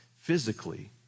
physically